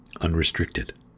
unrestricted